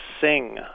sing